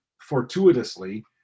fortuitously